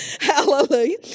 hallelujah